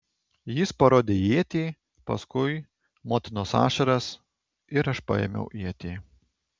jis parodė ietį paskui motinos ašaras ir aš paėmiau ietį